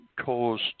caused